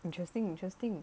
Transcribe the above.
interesting interesting